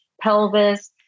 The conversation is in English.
pelvis